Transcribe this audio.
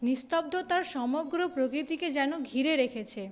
নিস্তব্ধতা সমগ্র প্রকৃতিকে যেন ঘিরে রেখেছে